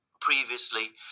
previously